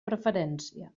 preferència